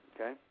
Okay